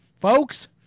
Folks